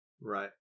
Right